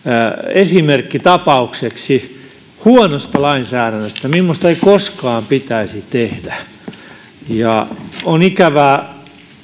esimerkkitapaukseksi huonosta lainsäädännöstä mimmoista ei koskaan pitäisi tehdä on ikävää